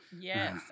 Yes